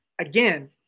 again